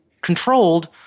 controlled